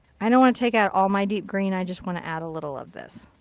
i don't want to take out all my deep green. i just want to add a little of this.